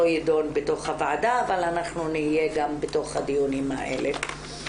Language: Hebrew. יידון בתוך הוועדה אבל אנחנו נהיה גם בתוך הדיונים האלה.